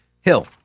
Hill